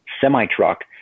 semi-truck